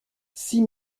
six